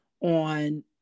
on